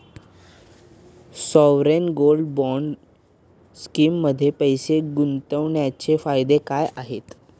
Sovereign gold bond स्कीममध्ये पैसे गुंतवण्याचे फायदे काय आहेत?